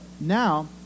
now